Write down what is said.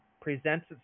presents